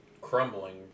crumbling